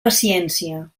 paciència